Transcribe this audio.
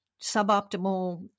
suboptimal